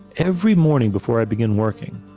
every morning before i begin working,